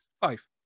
five